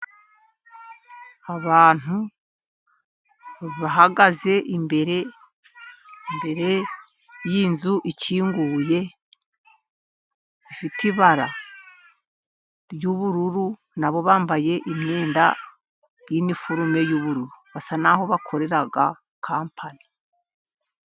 Abantu bahagaze imbere mbere y'inzu ikinguye, ifite ibara ry'ubururu nabo bambaye imyenda y'iforume yubururu, basa n'aho bakorera kampani.